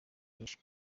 myinshi